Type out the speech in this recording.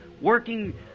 working